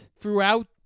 throughout